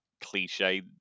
cliche